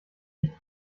nicht